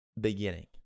beginning